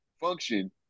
function